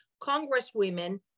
Congresswomen